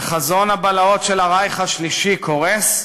וחזון הבלהות של הרייך השלישי קורס,